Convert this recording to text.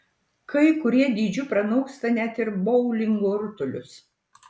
kai kurie dydžiu pranoksta net ir boulingo rutulius